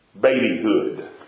babyhood